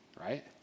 right